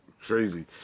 crazy